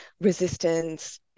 resistance